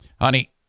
honey